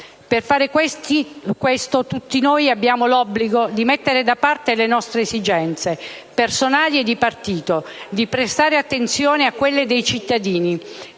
Per fare questo tutti noi abbiamo l'obbligo di mettere da parte le nostre esigenze, personali e di partito, di prestare attenzione a quelle dei cittadini,